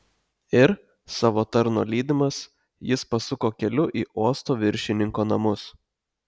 ir savo tarno lydimas jis pasuko keliu į uosto viršininko namus